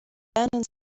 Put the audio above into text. abandons